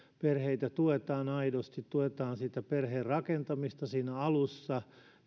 perheitä tuetaan aidosti tuetaan sitä perheen rakentamista siinä alussa